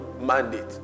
mandate